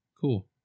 cool